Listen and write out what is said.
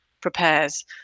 prepares